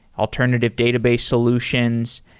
alternative database solutions.